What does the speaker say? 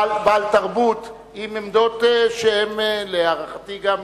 בעל תרבות, עם עמדות שהן, להערכתי, שהן